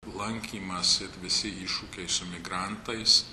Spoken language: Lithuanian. lankymas ir visi iššūkiai su migrantais